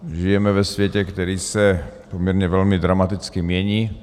Žijeme ve světě, který se poměrně velmi dramaticky mění.